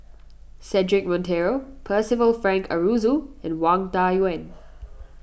Cedric Monteiro Percival Frank Aroozoo and Wang Dayuan